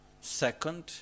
Second